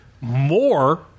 more